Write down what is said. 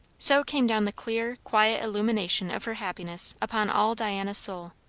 so came down the clear, quiet illumination of her happiness upon all diana's soul.